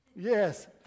Yes